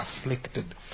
afflicted